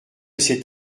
cet